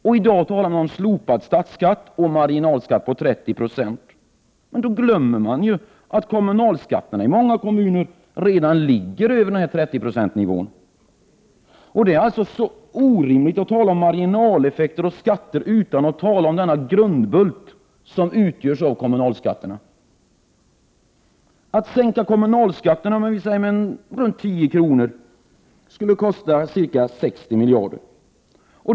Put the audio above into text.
I dag talar man om slopad statsskatt och en marginalskatt på 30 26, men då glömmer man att kommunalskatterna i många kommuner redan ligger över 30-procentsnivån. Det är alltså orimligt att tala om marginaleffekter och skatter utan att tala om den ”grundbult” som utgörs av kommunalskatterna. Att sänka kommunalskatterna med runt 10 kr. skulle kosta ca 60 miljarder.